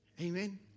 Amen